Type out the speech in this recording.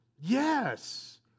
Yes